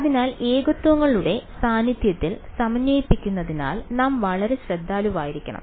അതിനാൽ ഏകത്വങ്ങളുടെ സാന്നിധ്യത്തിൽ സമന്വയിപ്പിക്കുന്നതിൽ നാം വളരെ ശ്രദ്ധാലുവായിരിക്കണം